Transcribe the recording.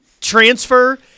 transfer